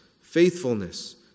faithfulness